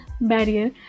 barrier